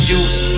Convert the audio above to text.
use